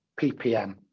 ppm